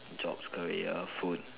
jobs career food